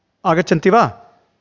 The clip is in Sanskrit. आगच्छन्ति वा